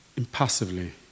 Impassively